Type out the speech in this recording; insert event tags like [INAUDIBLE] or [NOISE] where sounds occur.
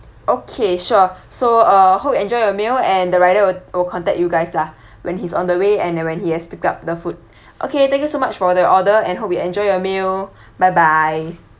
okay sure so uh hope you enjoy your meal and the rider will will contact you guys lah [BREATH] when he's on the way and then when he has picked up the food [BREATH] okay thank you so much for the order and hope you enjoy your meal [BREATH] bye bye